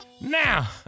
Now